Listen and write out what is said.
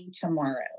tomorrow